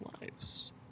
lives